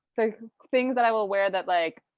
things that i will wear that, like,